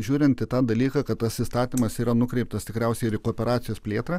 žiūrint į tą dalyką kad tas įstatymas yra nukreiptas tikriausiai ir į kooperacijos plėtrą